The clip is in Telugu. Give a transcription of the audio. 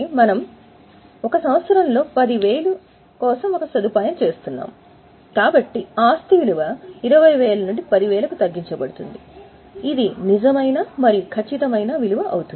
మనం 1 సంవత్సరంలో 10000 కోసం ఒక సదుపాయం చేస్తాము కాబట్టి ఆస్తి విలువ 20000 నుండి 10000 కు తగ్గించబడింది ఇది నిజమైన మరియు సరసమైన విలువ అవుతుంది